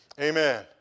Amen